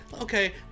Okay